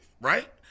right